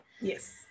Yes